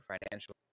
Financial